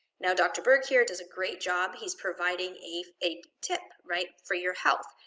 now dr. berg here does a great job. he's providing a a tip, right, for your health.